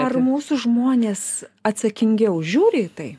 ar mūsų žmonės atsakingiau žiūri į tai